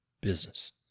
business